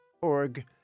org